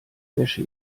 wäsche